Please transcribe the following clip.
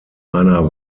einer